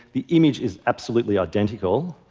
the image is absolutely identical,